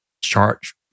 charge